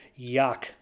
yuck